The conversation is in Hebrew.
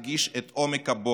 במשרד האוצר הדגיש את עומק הבור,